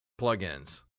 plugins